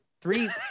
three